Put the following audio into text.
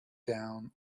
down